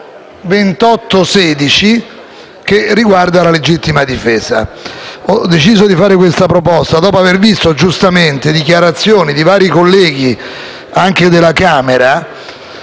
2816 riguardante la legittima difesa. Ho deciso di fare questa proposta dopo aver ascoltato le dichiarazioni di vari colleghi, anche della Camera,